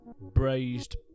Braised